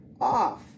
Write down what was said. off